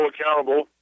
accountable